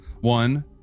One